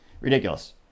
Ridiculous